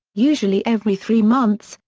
usually every three months,